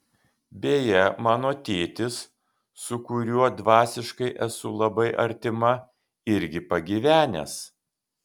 beje mano tėtis su kuriuo dvasiškai esu labai artima irgi pagyvenęs